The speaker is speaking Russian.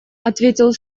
ответил